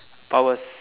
powers